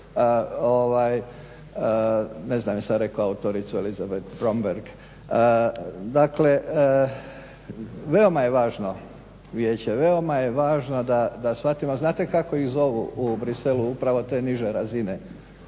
Ne znam jesam rekao autoricu Elizabeth Bromberger. Dakle, veoma je važno vijeće, veoma je važno da shvatimo. Znate kako ih zovu u Bruxellesu? Upravo te niže razine